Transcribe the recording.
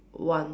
one